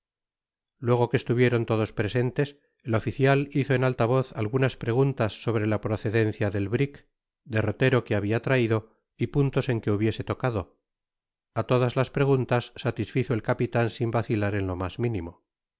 luego que estuvieron todos presentes el oficial hizo en alta voz algunas preguntas sobre la procedencia del brik derrotero que habia traido y puntos en que hubiese tocado á todas las preguntas satisfizo el capitan sin vacilar en lo mas minimo